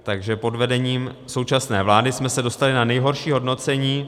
Takže pod vedením současné vlády jsme se dostali na nejhorší hodnocení.